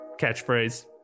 catchphrase